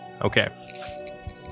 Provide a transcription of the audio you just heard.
Okay